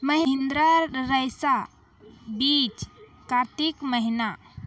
महिंद्रा रईसा बीज कार्तिक महीना?